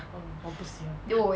oh 我不喜欢